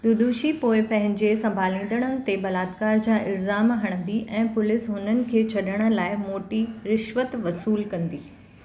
दुदुशी पोइ पंहिंजे संभालींदड़ ते बलात्कार जा इल्ज़ाम हणंदी ऐं पुलिस हुननि खे छॾण लाइ मोटी रिश्वत वसूल कंदी